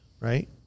Right